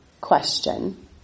question